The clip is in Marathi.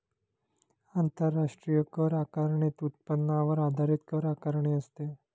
आंतरराष्ट्रीय कर आकारणीत उत्पन्नावर आधारित कर आकारणी असते